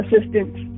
assistance